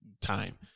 time